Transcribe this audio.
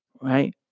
right